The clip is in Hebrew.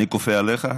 אני כופה עליך?